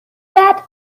that